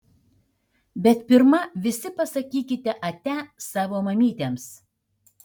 bet pirma visi pasakykite ate savo mamytėms